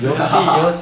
游戏游戏